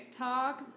TikToks